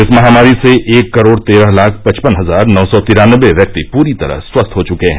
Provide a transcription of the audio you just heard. इस महामारी से एक करोड तेरह लाख पचपन हजार नौ सौ तिरान्नबे व्यक्ति पूरी तरह स्वस्थ हो चुके हैं